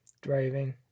Driving